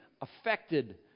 affected